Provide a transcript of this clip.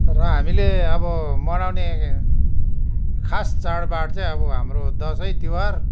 र हामीले अब मनाउने खास चाँडबाँड चाहिँ अब हाम्रो दसैँ तिहार